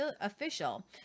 official